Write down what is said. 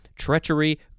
treachery